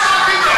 מה הכנסת אותי גם?